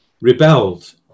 rebelled